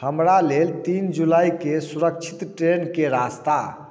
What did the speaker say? हमरा लेल तीन जुलाइके सुरक्षित ट्रेनके रास्ता